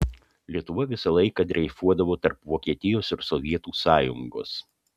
lietuva visą laiką dreifuodavo tarp vokietijos ir sovietų sąjungos